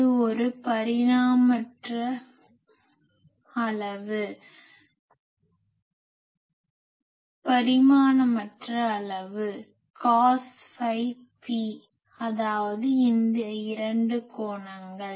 இது ஒரு பரிமாணமற்ற அளவு காஸ் ஃபை p அதாவது இந்த 2 கோணங்கள்